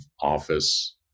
Office